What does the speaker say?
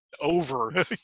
over